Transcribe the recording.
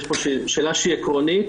יש פה שאלה עקרונית